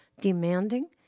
demanding